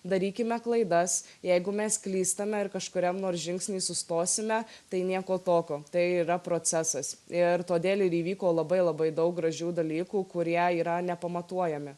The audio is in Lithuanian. darykime klaidas jeigu mes klystame ir kažkuriam nors žingsny sustosime tai nieko tokio tai ir yra procesas ir todėl ir įvyko labai labai daug gražių dalykų kurie yra nepamatuojami